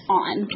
on